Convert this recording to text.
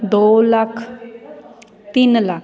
ਦੋ ਲੱਖ ਤਿੰਨ ਲੱਖ